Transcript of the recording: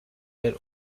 den